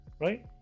right